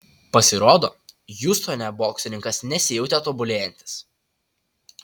pasirodo hjustone boksininkas nesijautė tobulėjantis